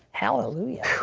hallelujah.